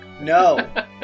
No